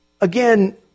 again